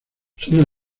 son